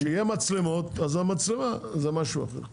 כשיהיו מצלמות, זה משהו אחר.